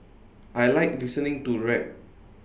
I Like listening to rap